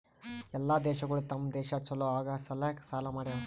ಎಲ್ಲಾ ದೇಶಗೊಳ್ ತಮ್ ದೇಶ ಛಲೋ ಆಗಾ ಸಲ್ಯಾಕ್ ಸಾಲಾ ಮಾಡ್ಯಾವ್